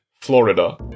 Florida